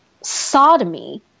sodomy